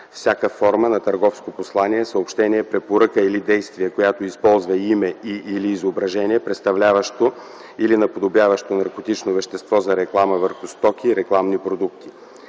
„всяка форма на търговско послание, съобщение, препоръка или действие, която използва име и/или изображение, представляващо или наподобяващо наркотично вещество, за реклама върху стоки и рекламни продукти”.